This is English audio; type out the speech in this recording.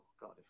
god